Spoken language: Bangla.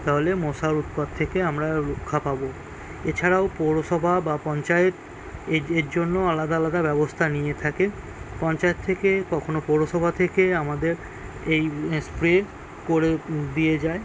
তাহলে মশার উৎপাত থেকে আমরা রক্ষা পাব এছাড়াও পৌরসভা বা পঞ্চায়েত এর জন্য আলাদা আলাদা ব্যবস্থা নিয়ে থাকে পঞ্চায়েত থেকে কখনও পৌরসভা থেকে আমাদের এই স্প্রে করে দিয়ে যায়